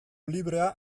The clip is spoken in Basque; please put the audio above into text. librea